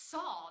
Saw